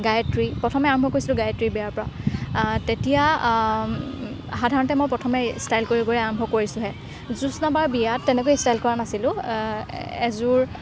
গায়ত্ৰী প্ৰথমে আৰম্ভ কৰিছোঁ গায়ত্ৰীৰ বিয়াৰ পৰা তেতিয়া সাধাৰণতে মই প্ৰথমে ষ্টাইল কৰি কৰি আৰম্ভ কৰিছোহে জোছনাবাৰ বিয়াত তেনেকৈ ষ্টাইল কৰা নাছিলোঁ এযোৰ